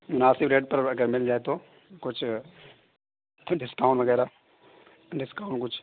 مناسب ریٹ پر اگر مل جائے تو کچھ کچھ ڈسکاؤنٹ وغیرہ ڈسکاؤنٹ کچھ